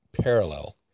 parallel